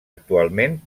actualment